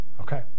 Okay